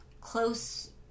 close